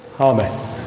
Amen